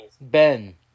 Ben